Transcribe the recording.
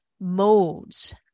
modes